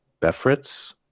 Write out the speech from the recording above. Befritz